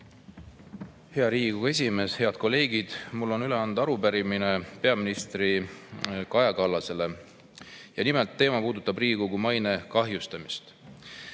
Hea Riigikogu esimees! Head kolleegid! Mul on üle anda arupärimine peaminister Kaja Kallasele. Ja nimelt, teema puudutab Riigikogu maine kahjustamist.